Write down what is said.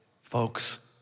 folks